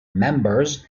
members